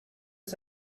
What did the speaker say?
que